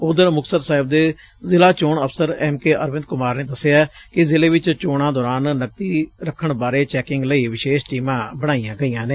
ਉਧਰ ਮੁਕਤਸਰ ਸਾਹਿਬ ਦੇ ਜ਼ਿਲ੍ਹਾ ਚੋਣ ਅਫਸਰ ਐਮ ਕੇ ਅਰਵਿਦ ਕੁਮਾਰ ਨੇ ਦਸਿਐ ਕਿ ਜ਼ਿਲ੍ਹੇ ਚ ਚੋਣਾ ਦੌਰਾਨ ਨਕਦੀ ਰੱਖਣ ਬਾਰੇ ਚੈਕਿੰਗ ਲਈ ਵਿਸ਼ੇਸ਼ ਟੀਮਾਂ ਬਣਾਈਆਂ ਗਈਆਂ ਨੇ